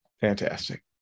Fantastic